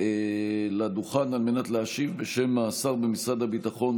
לדוכן ולהשיב בשם השר במשרד הביטחון,